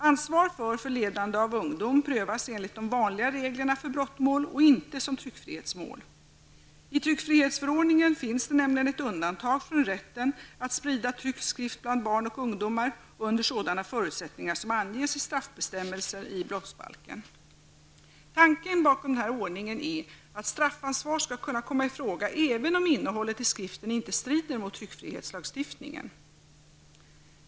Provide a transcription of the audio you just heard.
Ansvar för förledande av ungdom prövas enligt de vanliga reglerna för brottmål och inte som tryckfrihetsmål. I tryckfrihetsförordningen finns det nämligen ett undantag från rätten att sprida tryckt skrift bland barn och ungdomar under sådana förutsättningar som anges i straffbestämmelsen i brottsbalken. Tanken bakom den här ordningen är att straffansvar skall kunna komma i fråga även om innehållet i skriften inte strider mot tryckfrihetslagstiftningen.